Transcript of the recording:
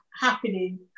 happening